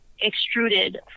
extruded